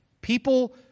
People